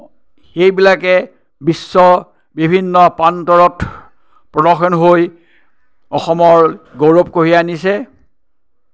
সেইবিলাকে বিশ্বৰ বিভিন্ন প্ৰান্তৰত প্ৰদৰ্শন হৈ অসমৰ গৌৰৱ কঢ়িয়াই আনিছে